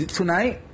tonight